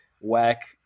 whack